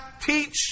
teach